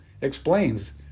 explains